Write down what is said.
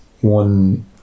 one